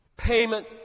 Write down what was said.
Payment